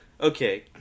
okay